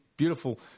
beautiful